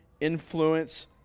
influence